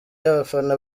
y’abafana